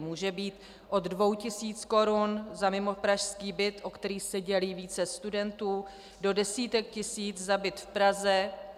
Může být od 2 tis. korun za mimopražský byt, o který se dělí více studentů, do desítek tisíc za byt v Praze.